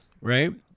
right